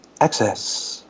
Access